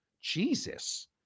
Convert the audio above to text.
Jesus